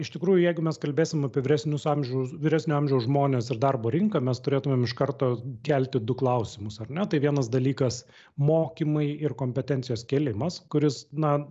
iš tikrųjų jeigu mes kalbėsim apie vyresnio amžiaus vyresnio amžiaus žmones ir darbo rinką mes turėtumėm iš karto kelti du klausimus ar ne tai vienas dalykas mokymai ir kompetencijos kėlimas kuris na